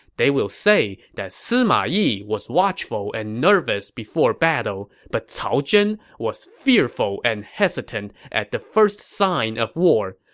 they will say that sima yi was watchful and nervous before battle, but cao zhen was fearful and hesitant at the first sign of war.